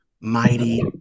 mighty